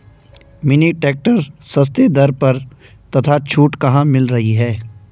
Mini tractor सस्ते दर पर तथा छूट कहाँ मिल रही है?